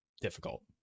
difficult